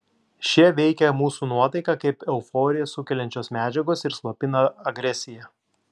šie veikia mūsų nuotaiką kaip euforiją sukeliančios medžiagos ir slopina agresiją